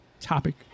topic